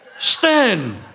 stand